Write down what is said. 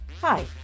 Hi